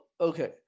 okay